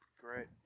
great